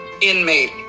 inmate